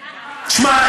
תשמע,